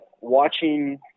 watching